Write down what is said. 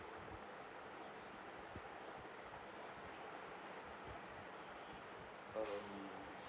um